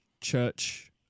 church